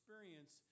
experience